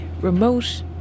remote